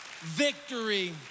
victory